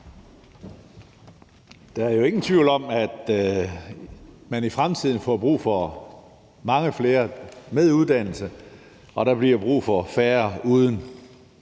Der er jo ingen tvivl om, at man i fremtiden får brug for mange flere med uddannelse og der bliver brug for færre uden.